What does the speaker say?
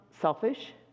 selfish